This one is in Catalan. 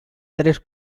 tres